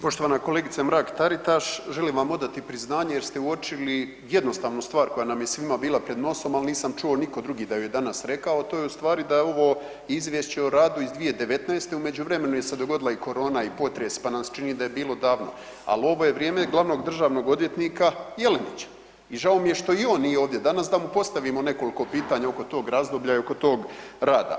Poštovana kolegice Mrak Taritaš želim vam odati priznanje jer ste uočili jednostavnu stvar koja nam je svima bila pred nosom ali nisam čuo nitko drugi da ju je danas rekao to je u stvari daje ovo izvješće o radu iz 2019., u međuvremenu se je dogodila i korona i potres pa nam se čini da je bilo davno, ali ovo je vrijeme glavnog državnog odvjetnika Jelinića i žao mi je što i on nije ovdje danas da mu postavimo nekoliko pitanja oko tog razdoblja i oko tog rada.